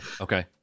Okay